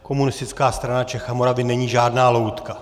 Komunistická strana Čech a Moravy není žádná loutka.